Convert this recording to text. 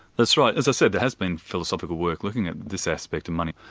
that's right. as i said there has been philosophical work looking at this aspect of money,